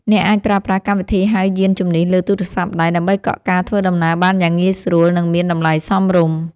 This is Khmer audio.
អ្នកអាចប្រើប្រាស់កម្មវិធីហៅយានជំនិះលើទូរស័ព្ទដៃ ដើម្បីកក់ការធ្វើដំណើរបានយ៉ាងងាយស្រួល និងមានតម្លៃសមរម្យ។